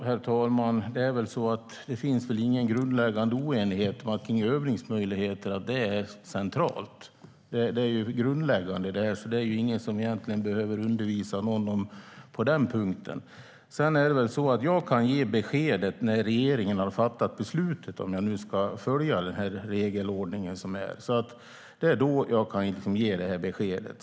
Herr talman! Det finns ingen grundläggande oenighet om att övningsmöjligheter är centralt. Det är grundläggande, och ingen behöver undervisa någon på den punkten. Jag kan ge besked när regeringen har fattat beslut, om jag ska följa regelordningen. Det är då jag kan ge besked.